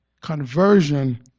Conversion